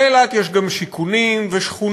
לאילת יש גם שיכונים ושכונות,